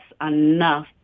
enough